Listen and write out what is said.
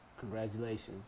Congratulations